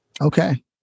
Okay